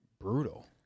brutal